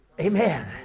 Amen